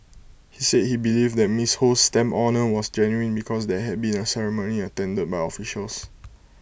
he said he believed that Ms Ho's stamp honour was genuine because there had been A ceremony attended by officials